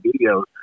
videos